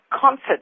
Concert